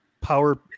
power